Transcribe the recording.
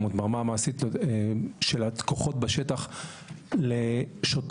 ברמה המעשית של הכוחות בשטח, לשוטרים,